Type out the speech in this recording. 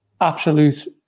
absolute